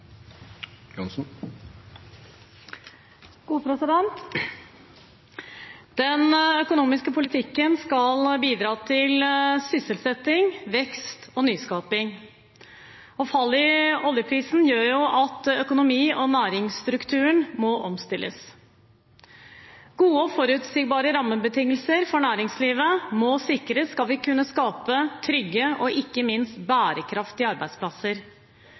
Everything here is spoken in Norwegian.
Den økonomiske politikken skal bidra til sysselsetting, vekst og nyskaping. Fallet i oljeprisen gjør at økonomi og næringsstruktur må omstilles. Gode og forutsigbare rammebetingelser for næringslivet må sikres om vi skal kunne skape trygge og ikke minst bærekraftige arbeidsplasser.